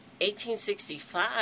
1865